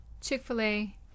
Chick-fil-A